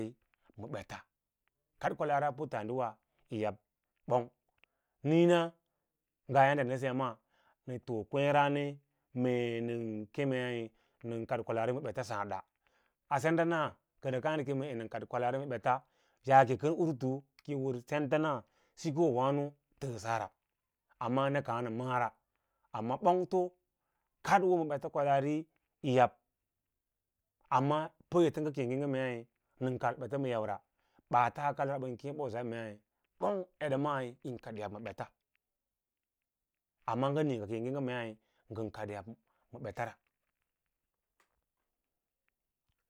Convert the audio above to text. Ma bets kad kwalari a pulladiwa yi yab bong niina nga yadda nda b ava mang nan tom kwesraame mee nan kemei nga nan kad na ka na kaana kem ee an kad kwalaari ma bets yaake kan usu keu wa sentans sukod wabo taasara amma nak aa na ma’ara amma bong kadoo ma bets kwafaari yi yab amma pa pats ng akee ngiis me an kad bet ma yab ra aats kals ban kee bosa mei bong eda mao yin kad yab ma bets amma nii ng akee ngiige mei ngan kad yab mabets,